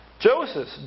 Joseph